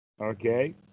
Okay